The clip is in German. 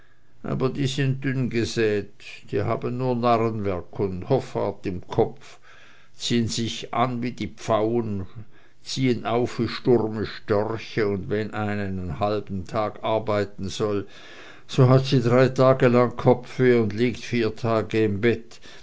aber die sind dünn gesät sie haben nur narrenwerk und hoffart im kopf ziehen sich an wie pfauen ziehen auf wie sturme störche und wenn eine einen halben tag arbeiten soll so hat sie drei tage lang kopfweh und liegt vier tage im bett